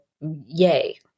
yay